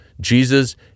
jesus